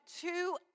two